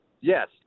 Yes